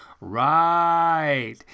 Right